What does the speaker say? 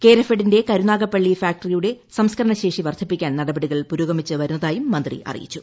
കേരഫെഡിന്റെ കരുനാഗപ്പള്ളി ഫാക്ടറിയുടെ സംസ്കരണശേഷി വർദ്ധിപ്പിക്കാൻ നടപടികൾ പുരോഗമിച്ച് വരുന്നതായും മന്ത്രി അറിയിച്ചു